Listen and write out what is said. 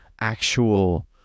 actual